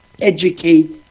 educate